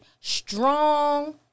strong